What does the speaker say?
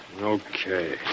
Okay